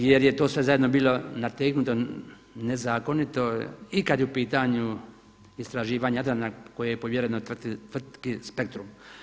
Jer je to sve zajedno bilo nategnuto nezakonito i kad je u pitanju istraživanje Jadrana koje je povjereno tvrtki Spectrum.